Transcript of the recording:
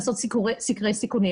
לעשות סקרי סיכונים.